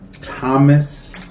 Thomas